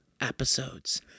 episodes